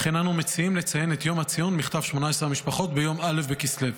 לכן אנו מציעים לציין את יום ציון מכתב 18 המשפחות ביום א' בכסלו.